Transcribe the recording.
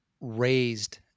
raised